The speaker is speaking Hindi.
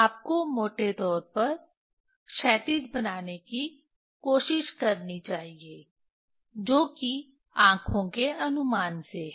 आपको मोटे तौर पर क्षैतिज बनाने की कोशिश करनी चाहिए जो कि आंखों के अनुमान से है